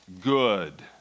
good